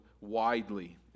widely